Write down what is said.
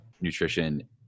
nutrition